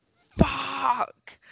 Fuck